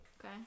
Okay